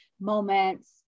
moments